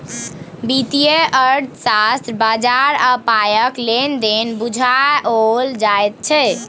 वित्तीय अर्थशास्त्र मे बजार आ पायक लेन देन बुझाओल जाइत छै